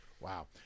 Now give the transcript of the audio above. Wow